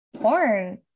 porn